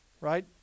Right